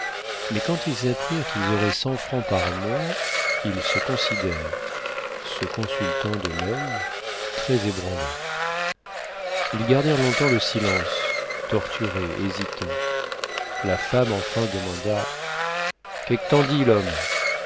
mais quand ils apprirent qu'ils auraient cent francs par mois ils se considérèrent se consultant de l'oeil très ébranlés ils gardèrent longtemps le silence torturés hésitants la femme enfin demanda qué qu't'en dis l'homme